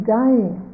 dying